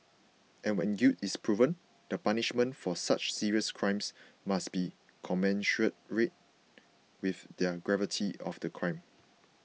and when guilt is proven the punishment for such serious crimes must be commensurate with the gravity of the crime